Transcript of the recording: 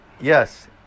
Yes